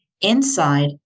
Inside